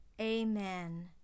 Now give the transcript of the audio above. Amen